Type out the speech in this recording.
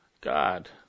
God